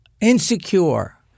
insecure